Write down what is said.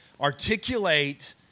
articulate